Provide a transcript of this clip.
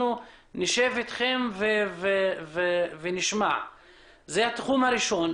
אנחנו נשב אתכם ונשמע הכול.